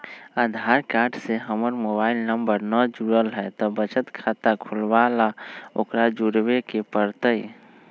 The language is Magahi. आधार कार्ड से हमर मोबाइल नंबर न जुरल है त बचत खाता खुलवा ला उकरो जुड़बे के पड़तई?